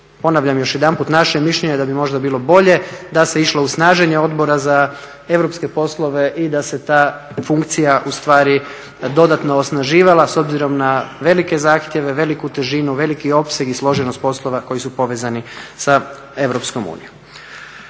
Ponavljam još jedanput, naše je mišljenje da bi možda bilo bolje da se išlo u snaženje Odbora za europske poslove i da se ta funkcija ustvari dodatno osnaživala s obzirom na velike zahtjeve, veliku težinu, veliki opseg i složenost poslova koji su povezani sa EU. Što